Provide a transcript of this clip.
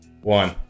one